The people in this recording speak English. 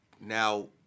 now